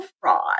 fraud